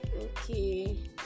Okay